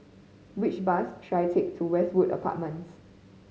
which bus should I take to Westwood Apartments